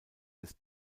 des